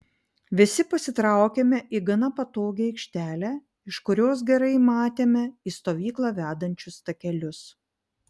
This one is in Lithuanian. visi pasitraukėme į gana patogią aikštelę iš kurios gerai matėme į stovyklą vedančius takelius